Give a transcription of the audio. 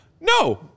No